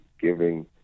giving